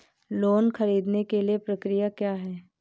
Loan ख़रीदने के लिए प्रक्रिया क्या है?